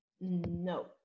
No